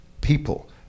people